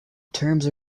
terms